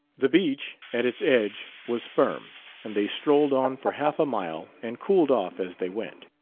the beach, at its edge, was firm, and they strolled on for half a mile and cooled off as they went.